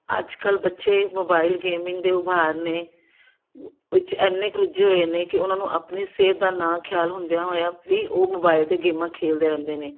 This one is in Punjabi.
ਅੱਜ ਕੱਲ੍ਹ ਬੱਚੇ ਮੋਬਾਇਲ ਗੇਮਿੰਗ ਦੇ ਉਭਾਰ ਨੇ ਵਿਚ ਇੰਨੇ ਕੁ ਰੁੱਝੇ ਹੋਏ ਨੇ ਕਿ ਉਹਨਾਂ ਨੂੰ ਆਪਣੀ ਸਿਹਤ ਦਾ ਨਾ ਖਿਆਲ ਹੁੰਦਿਆਂ ਹੋਇਆ ਵੀ ਉਹ ਮੋਬਾਈਲ 'ਤੇ ਗੇਮਾਂ ਖੇਡਦੇ ਰਹਿੰਦੇ ਨੇ